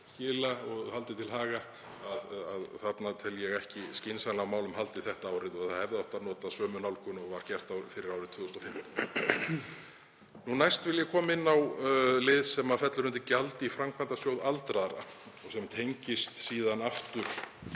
og haldið til haga að þarna tel ég ekki skynsamlega á málum haldið þetta árið og nota hefði átt sömu nálgun og var gert fyrir árið 2015. Næst vil ég koma inn á lið sem fellur undir Gjald í Framkvæmdasjóð aldraðra sem tengist síðan aftur